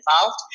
involved